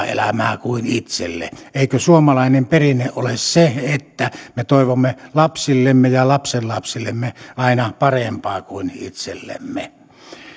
elämää kuin itselle eikö suomalainen perinne ole se että me toivomme lapsillemme ja lapsenlapsillemme aina parempaa kuin itsellemme